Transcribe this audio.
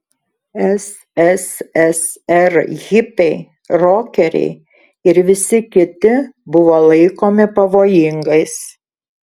sssr hipiai rokeriai ir visi kiti buvo laikomi pavojingais